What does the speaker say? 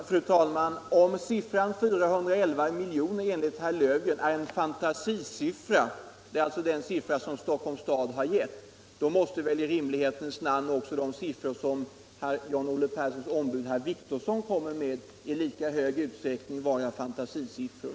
Fru talman! Om siffran 411 miljoner enligt herr Löfgren är en fantasisiffra — det är alltså den siffra som Stockholms kommun själv har angivil — då är nog också de siffror som herr John-Olof Perssons ombud herr Wictorsson nu kommer med i lika hög grad fantasisiffror.